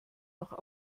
noch